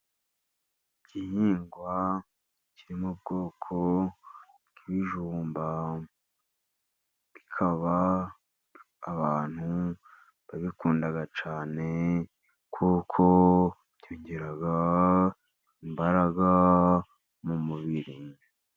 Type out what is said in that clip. Igihingwa kiri mu bwoko bw'ibijumba, bikaba abantu babikunda cyane, kuko byongera imbaraga mu mubiri.